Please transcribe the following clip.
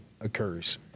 occurs